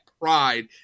pride